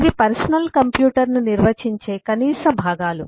ఇవి పర్సనల్ కంప్యూటర్ను నిర్వచించే కనీస భాగాలు